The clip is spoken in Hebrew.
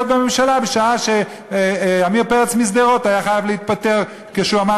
בממשלה בשעה שעמיר פרץ משדרות היה חייב להתפטר כשהוא אמר